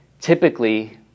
typically